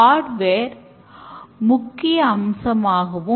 Feedback என்பது மற்றொரு முக்கியமான மதிப்பாகும்